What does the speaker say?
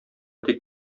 тик